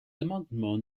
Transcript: amendements